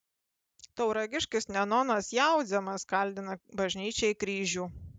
tauragiškis nenonas jaudzemas kaldina bažnyčiai kryžių